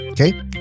Okay